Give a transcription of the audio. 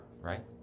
right